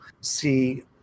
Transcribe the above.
see